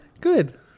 good